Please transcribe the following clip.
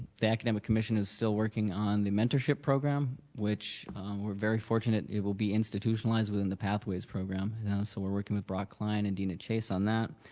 the academic commission is still working on the mentorship program which we're very fortunate, it will be institutionalized within the pathways program and so we're working with brock klein and dina chase on that,